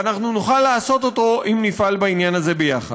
ואנחנו נוכל לעמוד בו אם נפעל בעניין הזה יחד.